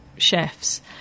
chefs